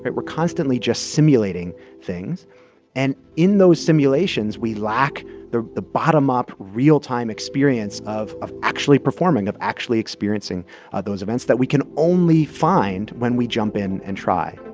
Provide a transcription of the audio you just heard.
but we're constantly just simulating things and in those simulations, we lack the the bottom-up, real-time experience of of actually performing, of actually experiencing ah those events that we can only find when we jump in and try